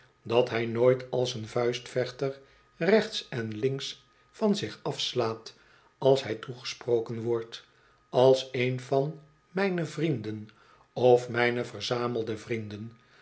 dat hij nooit als een vuistvechter rechts en links van zich afslaat als hij toegesproken wordt als een van mijne vrienden of mijne verzamelde vrienden